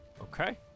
Okay